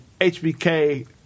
HBK